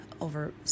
over